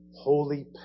holy